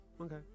Okay